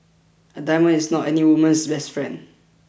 a diamond is not any woman's best friend